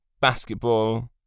basketball